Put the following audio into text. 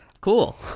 Cool